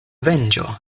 venĝo